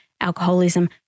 alcoholism